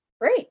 Great